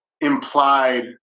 implied